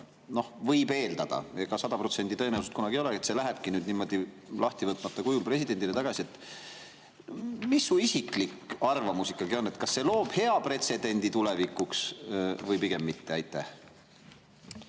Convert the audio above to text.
võib eeldada – ega 100%‑list tõenäosust ei ole kunagi –, et see lähebki nüüd niimoodi lahti võtmata kujul presidendile tagasi. Mis su isiklik arvamus ikkagi on, kas see loob hea pretsedendi tulevikuks või pigem mitte? Aitäh,